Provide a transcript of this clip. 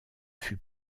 fut